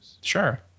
Sure